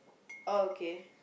oh okay